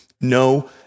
No